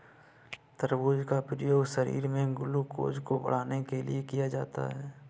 तरबूज का प्रयोग शरीर में ग्लूकोज़ को बढ़ाने के लिए किया जाता है